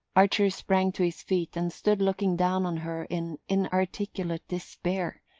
archer sprang to his feet and stood looking down on her in inarticulate despair.